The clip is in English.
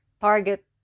target